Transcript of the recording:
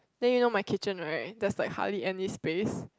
then you know my kitchen just like hardly any space